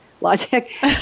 logic